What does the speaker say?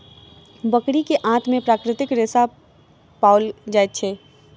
बकरी के आंत में प्राकृतिक रेशा पाओल जाइत अछि